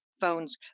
phone's